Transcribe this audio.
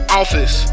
office